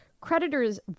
creditors